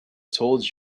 told